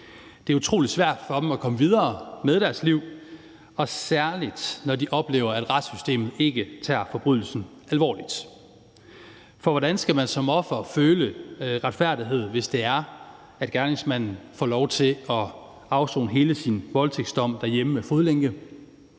Det er utrolig svært for dem at komme videre med deres liv, særlig når de oplever, at retssystemet ikke tager forbrydelsen alvorligt, for hvordan skal man som offer føle retfærdighed, hvis det er, at gerningsmanden får lov til at afsone hele sin voldtægtsdom derhjemme med fodlænke?